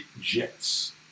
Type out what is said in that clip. jets